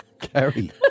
Carrie